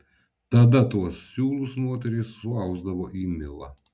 tada tuos siūlus moterys suausdavo į milą